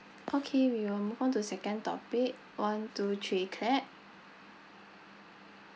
okay we'll move on to second topic one two three clap